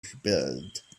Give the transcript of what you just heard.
spilled